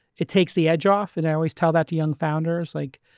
it takes the edge off. and i always tell that to young founders like,